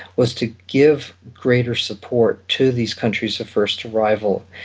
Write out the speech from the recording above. was to give greater support to these countries of first arrival.